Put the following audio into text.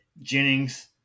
Jennings